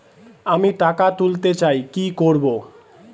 আমি টাকা তুলতে চাই কি করব?